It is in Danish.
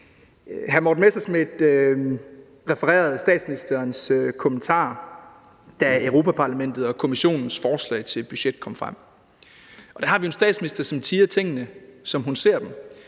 Hr. Morten Messerschmidt refererede statsministerens kommentarer, da Europa-Parlamentets og Kommissionens forslag til budget kom frem. Der har vi en statsminister, som siger tingene, som hun ser dem,